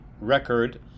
record